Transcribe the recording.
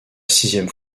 sixième